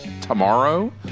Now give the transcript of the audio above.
tomorrow